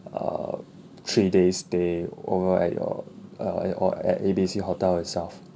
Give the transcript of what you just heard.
err three days stay over at your uh eh or at A B C hotel itself